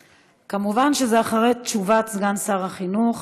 כמובן, זה אחרי תשובת סגן שר החינוך